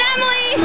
Emily